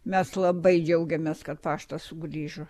mes labai džiaugiamės kad paštas sugrįžo